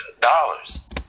dollars